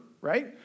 Right